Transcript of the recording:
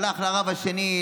הלך לרב השני,